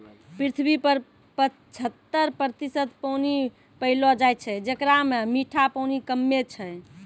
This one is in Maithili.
पृथ्वी पर पचहत्तर प्रतिशत पानी पैलो जाय छै, जेकरा म मीठा पानी कम्मे छै